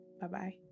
Bye-bye